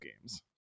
games